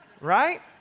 right